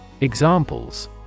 Examples